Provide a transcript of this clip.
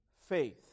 faith